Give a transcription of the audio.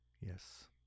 yes